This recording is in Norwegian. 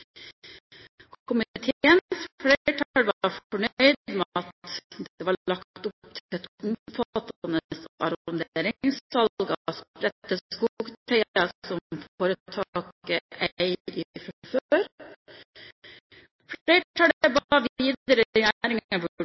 Komiteens flertall var fornøyd med at det var lagt opp til et omfattende arronderingssalg av spredte skogteiger som foretaket eier fra før. Flertallet ba